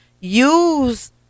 use